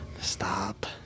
Stop